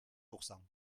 pourcent